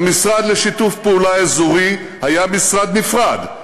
המשרד לשיתוף פעולה אזורי היה משרד נפרד,